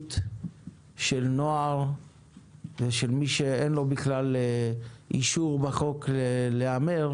הנגישות של נוער ושל מי שאין לו בכלל אישור בחוק להמר,